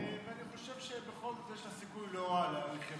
ואני חושב שבכל זאת יש לה סיכוי לא רע להאריך ימים.